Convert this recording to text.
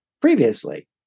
previously